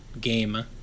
game